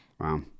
Wow